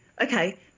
okay